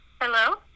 Hello